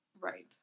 Right